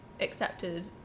accepted